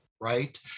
right